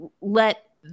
let